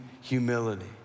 humility